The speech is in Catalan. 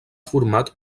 format